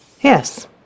Yes